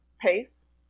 paste